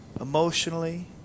Emotionally